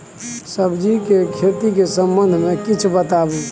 सब्जी के खेती के संबंध मे किछ बताबू?